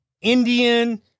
Indian